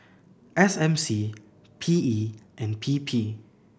S M C P E and P P